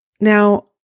Now